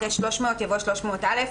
אחרי "300" יבוא "300א".".